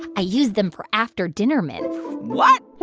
i use them for after-dinner mints what?